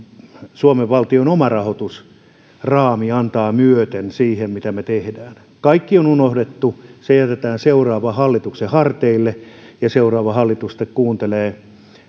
suomen valtion omarahoitusraami antaa myöten siihen mitä me teemme kaikki on unohdettu se jätetään seuraavan hallituksen harteille ja seuraava hallitus sitten kuuntelee